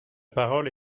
parole